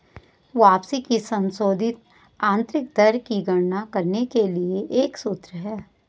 वापसी की संशोधित आंतरिक दर की गणना करने के लिए एक सूत्र है